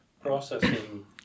processing